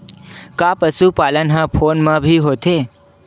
का पशुपालन ह फोन म भी होथे?